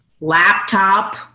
laptop